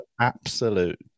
absolute